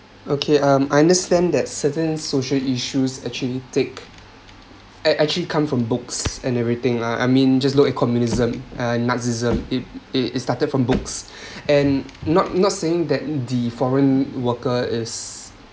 okay um I understand that certain social issues actually take ac~ actually come from books and everything lah I mean just look at communism and nazism it it it started from books and not not saying that the foreign worker is